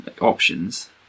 options